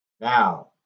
now